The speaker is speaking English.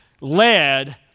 led